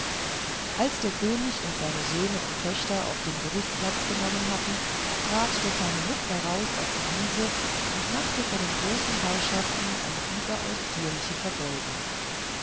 als der könig und seine söhne und töchter auf dem gerüst platz genommen hatten trat der kleine muck heraus auf die wiese und machte vor den hohen herrschaften eine überaus zierliche verbeugung